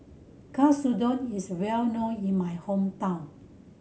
katsudon is well known in my hometown